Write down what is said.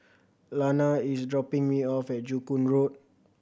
Lana is dropping me off at Joo Koon Road